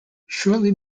shortly